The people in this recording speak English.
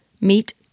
Meet